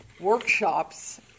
workshops